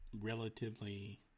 relatively